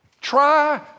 Try